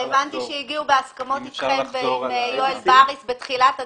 הבנתי שהגיעו בהסכמות אתכם ועם יואל בריס בתחילת הדרך.